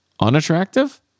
unattractive